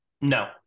No